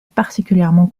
particulièrement